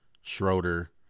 Schroeder